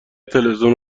تلویزیون